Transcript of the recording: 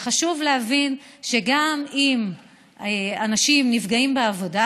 וחשוב להבין שגם אם אנשים נפגעים בעבודה